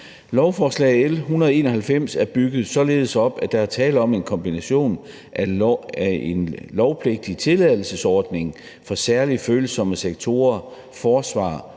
Lovforslag L 191 er bygget således op, at der er tale om en kombination af en lovpligtig tilladelsesordning for særlig følsomme sektorer, nemlig